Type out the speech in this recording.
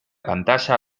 pantalla